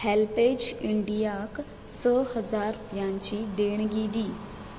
HelpAge इंडियाक स हजार रुपयांची देणगी दी